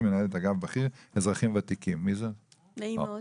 נעים מאוד.